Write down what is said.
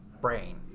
brain